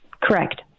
Correct